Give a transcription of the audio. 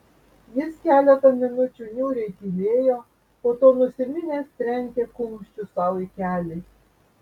jis keletą minučių niūriai tylėjo po to nusiminęs trenkė kumščiu sau į kelį